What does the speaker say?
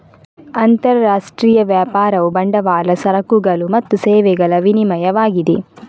ಅಂತರರಾಷ್ಟ್ರೀಯ ವ್ಯಾಪಾರವು ಬಂಡವಾಳ, ಸರಕುಗಳು ಮತ್ತು ಸೇವೆಗಳ ವಿನಿಮಯವಾಗಿದೆ